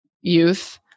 youth